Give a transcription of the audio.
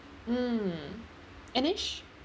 mm and then